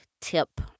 tip